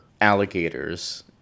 alligators